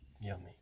Yummy